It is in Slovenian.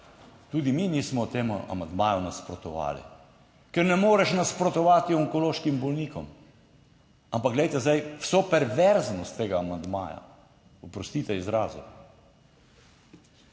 tudi mi nismo temu amandmaju nasprotovali, ker ne moreš nasprotovati onkološkim bolnikom, ampak glejte, zdaj, vso perverznost tega amandmaja, oprostite izrazu;